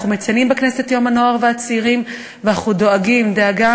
אנחנו מציינים בכנסת את יום הנוער והצעירים ואנחנו דואגים דאגה